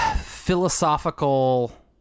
philosophical